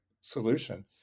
solution